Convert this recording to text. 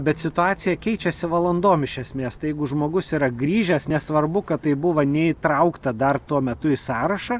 bet situacija keičiasi valandom iš esmės tai jeigu žmogus yra grįžęs nesvarbu kad tai buvo neįtraukta dar tuo metu į sąrašą